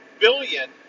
billion